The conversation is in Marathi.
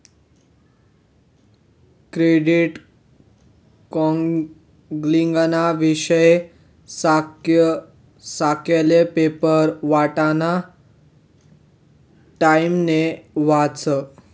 क्रेडिट कौन्सलिंगना विषयी सकाय सकायले पेपर वाटाना टाइमले वाचं